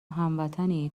هموطنی